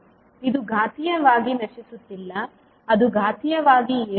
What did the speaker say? ಇದು ಘಾತೀಯವಾಗಿ ನಶಿಸುತ್ತಿಲ್ಲ ಅದು ಘಾತೀಯವಾಗಿ ಏರುತ್ತಿದೆ